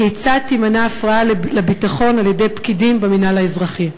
4. כיצד תימנע הפרעה לביטחון על-ידי פקידים במינהל האזרחי?